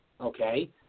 okay